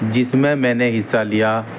جس میں میں نے حصہ لیا